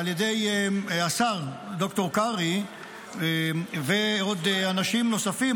על ידי השר ד"ר קרעי ואנשים נוספים.